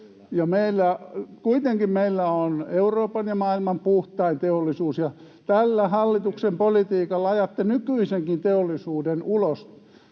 kuitenkin meillä on Euroopan ja maailman puhtain teollisuus. Tällä hallituksen politiikalla ajatte nykyisenkin teollisuuden ulos